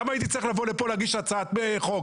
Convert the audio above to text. למה הייתי צריך לבוא לפה להגיש הצעת חוק?